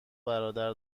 برادر